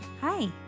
Hi